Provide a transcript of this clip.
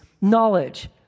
knowledge